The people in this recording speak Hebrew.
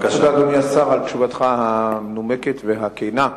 אדוני השר, תודה על תשובתך המנומקת והכנה.